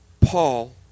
Paul